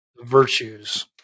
virtues